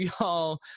y'all